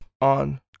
on